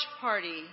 party